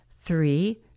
three